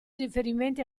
riferimenti